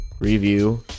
review